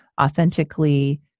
authentically